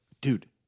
dude